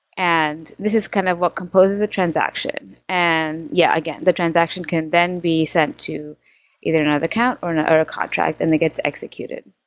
and this is kind of what composes a transaction. and yeah, again, the transaction can then be sent to either another account or and or a contract and it gets executed.